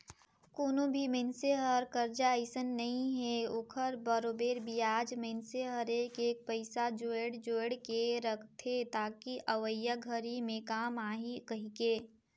कोनो भी मइनसे हर करजा अइसने नइ हे ओखर बरोबर बियाज मइनसे हर एक एक पइसा जोयड़ जोयड़ के रखथे ताकि अवइया घरी मे काम आही कहीके